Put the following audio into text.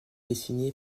dessiné